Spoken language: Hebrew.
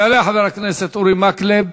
יעלה חבר הכנסת אורי מקלב,